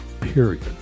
period